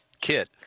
kit